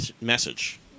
message